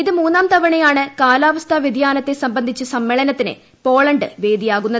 ഇത് മൂന്നാം തവണയാണ് കാലാവസ്സ് പൃതിയാനത്തെ സംബന്ധിച്ച സമ്മേളനത്തിന് പ്പോളണ്ട് വേദിയാകുന്നത്